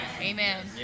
amen